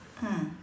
mm